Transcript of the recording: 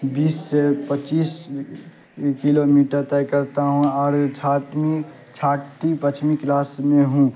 بیس سے پچیس kilometre طے کرتا ہوں اور ساتویں چھٹی پانچوی کلاس میں ہوں